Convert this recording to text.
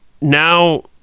now